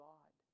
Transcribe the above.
God